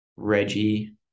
Reggie